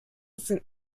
sind